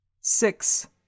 six